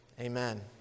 amen